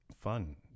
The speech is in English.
fun